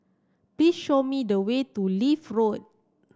please show me the way to Leith Road